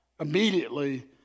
immediately